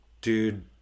dude